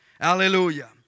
Hallelujah